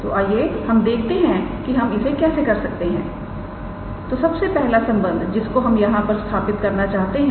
तोआइए हम देखते हैं कि हम इसे कैसे कर सकते हैं तो सबसे पहला संबंध जिसको हम यहां पर स्थापित करना चाहते हैं